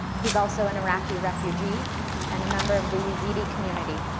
he's also an iraqi refugee and a member of the yazidi community.